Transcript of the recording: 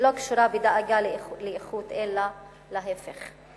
שלא קשורה בדאגה לאיכות אלא להיפך.